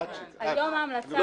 עד שהוא ייכנס לתוקף.